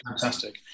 fantastic